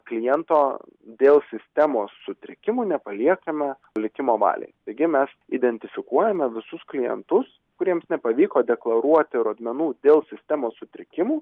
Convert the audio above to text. kliento dėl sistemos sutrikimų nepaliekame likimo valiai taigi mes identifikuojame visus klientus kuriems nepavyko deklaruoti rodmenų dėl sistemos sutrikimų